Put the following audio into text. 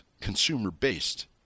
consumer-based